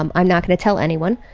i'm i'm not gonna tell anyone.